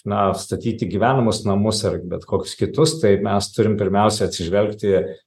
na statyti gyvenamus namus ar bet kokius kitus tai mes turim pirmiausia atsižvelgti